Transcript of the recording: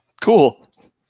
Cool